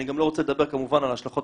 אני גם לא רוצה לדבר כמובן על ההשלכות